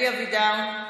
אלי אבידר.